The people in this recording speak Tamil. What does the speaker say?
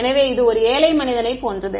எனவே இது ஒரு ஏழை மனிதனைப் போன்றது